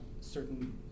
certain